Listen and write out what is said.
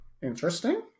Interesting